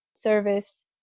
service